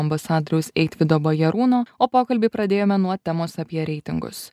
ambasadoriaus eitvydo bajarūno o pokalbį pradėjome nuo temos apie reitingus